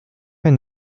and